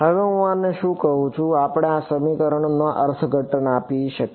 હવે હું શું છું આપણે આ સમીકરણનું અર્થઘટન આપી શકીએ